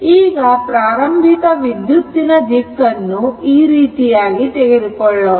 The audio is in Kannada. ಈಗ ಪ್ರಾರಂಭಿಕ ವಿದ್ಯುತ್ತಿನ ದಿಕ್ಕನ್ನು ಈ ರೀತಿಯಾಗಿ ತೆಗೆದುಕೊಳ್ಳೋಣ